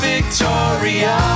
Victoria